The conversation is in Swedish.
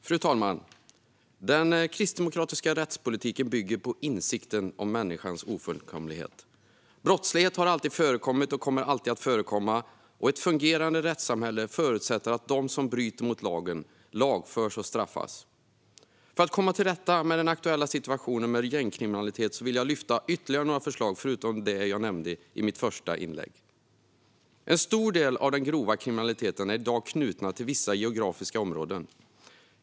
Fru talman! Den kristdemokratiska rättspolitiken bygger på insikten om människans ofullkomlighet. Brottslighet har alltid förekommit och kommer alltid att förekomma. Ett fungerande rättssamhälle förutsätter att de som bryter mot lagen lagförs och straffas. För att komma till rätta med den aktuella situationen med gängkriminalitet vill jag lyfta ytterligare några förslag utöver det jag nämnde i mitt första anförande. En stor del av den grova kriminaliteten är i dag knuten till vissa geografiska områden.